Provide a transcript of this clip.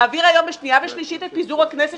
להעביר היום בקריאה שנייה ושלישית את פיזור הכנסת